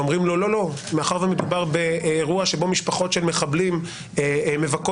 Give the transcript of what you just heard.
ואומרים לו שמאחר שמדובר באירוע שבו משפחות של מחבלים מבכות